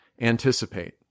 anticipate